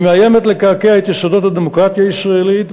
היא מאיימת לקעקע את יסודות הדמוקרטיה הישראלית,